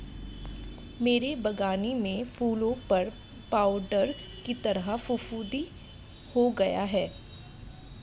मेरे बगानी में फूलों पर पाउडर की तरह फुफुदी हो गया हैं